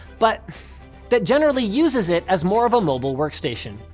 but that generally uses it as more of a mobile workstation.